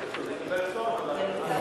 כי זה קיבל פטור, בשביל